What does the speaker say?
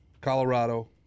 Colorado